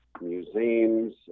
museums